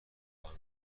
خواهم